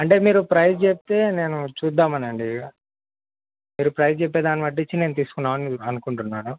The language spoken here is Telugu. అంటే మీరు ప్రైజ్ జెప్తే నేను చుద్దామని అండి మీరు ప్రైజ్ చెప్పే దాన్నిబట్టి ఇచ్చి నేను తీసుకుందామని అనుకుంటున్నాను